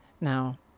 Now